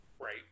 right